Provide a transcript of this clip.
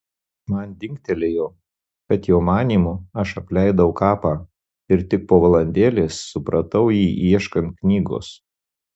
man dingtelėjo kad jo manymu aš apleidau kapą ir tik po valandėlės supratau jį ieškant knygos